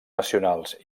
nacionals